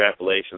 extrapolations